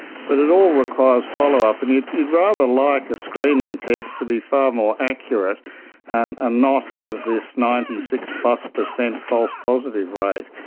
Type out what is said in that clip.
but it all requires follow-up. and you'd you'd rather like a screening test to be far more accurate and ah not have this ninety six plus false positive rate.